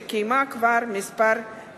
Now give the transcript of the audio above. והיא קיימה כבר כמה ישיבות.